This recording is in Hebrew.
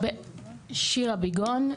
שירה ביגון,